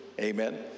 Amen